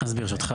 אז ברשותך,